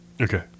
Okay